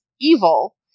evil